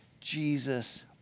Jesus